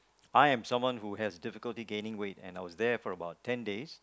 I am someone who has difficulty gaining weight and I was there for about ten days